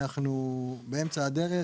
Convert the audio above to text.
אנחנו באמצע הדרך.